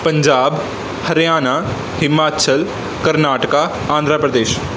Punjab Haryana Himachal Karnataka Andhra Pradesh